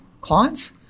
clients